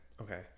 okay